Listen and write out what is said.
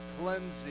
cleansing